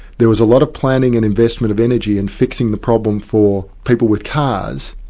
there was a lot of planning and investment of energy and fixing the problem for people with cars,